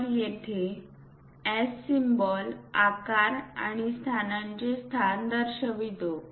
तर येथे S symbol आकार आणि स्थानांचे स्थान दर्शवितो